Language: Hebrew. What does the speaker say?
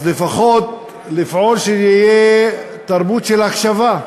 אז לפחות לפעול שתהיה תרבות של הקשבה.